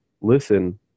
listen